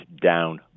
down